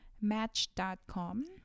Match.com